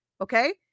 okay